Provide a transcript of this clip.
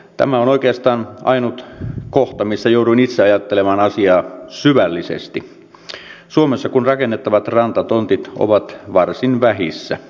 tämä on oikeastaan ainut kohta missä jouduin itse ajattelemaan asiaa syvällisesti suomessa kun rakennettavat rantatontit ovat varsin vähissä